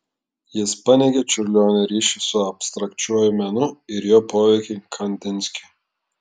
jis paneigė čiurlionio ryšį su abstrakčiuoju menu ir jo poveikį kandinskiui